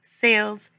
sales